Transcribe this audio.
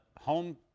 home